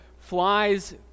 flies